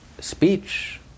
speech